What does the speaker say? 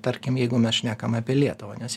tarkim jeigu mes šnekam apie lietuvą nes